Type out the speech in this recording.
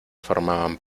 formaban